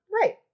Right